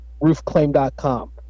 roofclaim.com